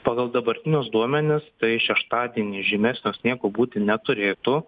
pagal dabartinius duomenis tai šeštadienį žymesnio sniego būti neturėtų